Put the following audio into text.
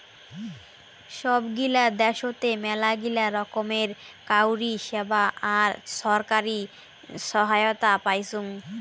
সব গিলা দ্যাশোতে মেলাগিলা রকমের কাউরী সেবা আর ছরকারি সহায়তা পাইচুং